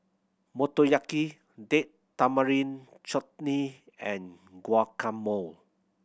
Motoyaki Date Tamarind Chutney and Guacamole